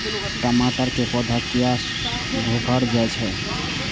टमाटर के पौधा किया घुकर जायछे?